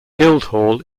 guildhall